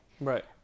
Right